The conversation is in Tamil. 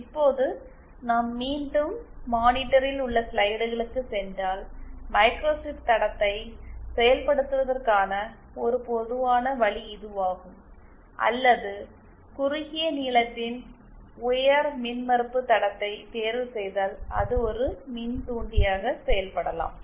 இப்போது நாம் மீண்டும் மானிட்டரில் உள்ள ஸ்லைடுகளுக்குச் சென்றால் மைக்ரோஸ்ட்ரிப் தடத்தை செயல்படுத்துவதற்கான ஒரு பொதுவான வழி இதுவாகும் அல்லது குறுகிய நீளத்தின் உயர் மின்மறுப்பு தடத்தை தேர்வுசெய்தால் அது ஒரு மின்தூண்டியாக செயல்படலாம்